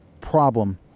problem